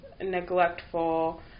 neglectful